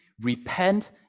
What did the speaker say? repent